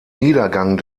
niedergang